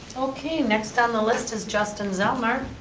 okay, next on the list is justin zellener.